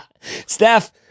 steph